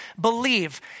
believe